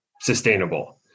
sustainable